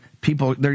people